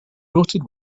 noted